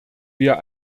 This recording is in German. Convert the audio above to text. wir